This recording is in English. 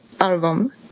album